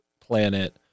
planet